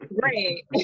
great